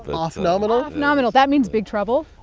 but off-nominal? off-nominal that means big trouble?